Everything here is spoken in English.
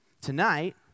Tonight